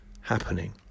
happening